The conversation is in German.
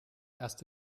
erst